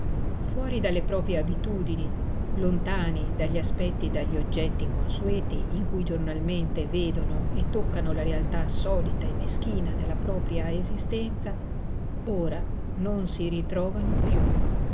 fuori dalle proprie abitudini lontani dagli aspetti e dagli oggetti consueti in cui giornalmente vedono e toccano la realtà solita e meschina della propria esistenza ora non si ritrovano piú